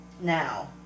Now